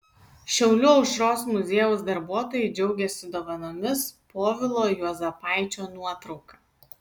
šiaulių aušros muziejaus darbuotojai džiaugiasi dovanomis povilo juozapaičio nuotrauka